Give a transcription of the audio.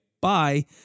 bye